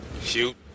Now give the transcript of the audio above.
Shoot